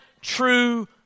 true